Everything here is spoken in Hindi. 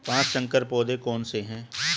पाँच संकर पौधे कौन से हैं?